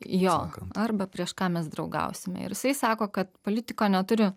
jo arba prieš ką mes draugausim ir jisai sako kad politiko neturi